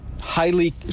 highly